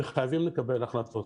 חייבים לקבל החלטות.